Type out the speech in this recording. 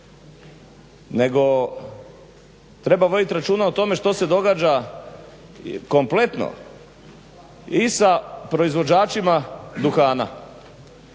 nego treba voditi računa o tome što se događa kompletno i sa proizvođačima duhana.